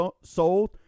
sold